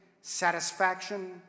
satisfaction